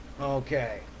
Okay